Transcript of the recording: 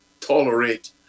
tolerate